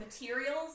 materials